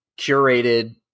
curated